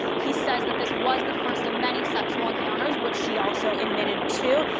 he says that this was the first of many sexual encounters which she also admitted to.